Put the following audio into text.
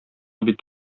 бит